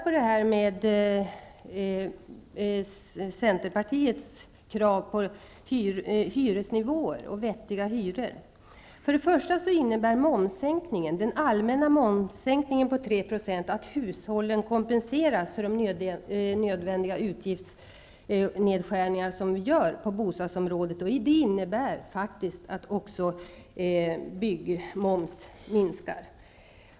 Beträffande Centerpartiets krav på att det skall vara vettiga hyror vill jag för det första säga att den allmänna momssänkningen på 3 % innebär att hushållen kompenseras för de nödvändiga utgiftsnedskärningar som vi gör på bostadsområdet. Detta innebär faktiskt också att byggmomsen minskar.